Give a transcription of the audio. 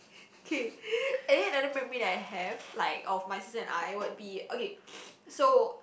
okay and then another memory that I have like of my sister and I would be okay so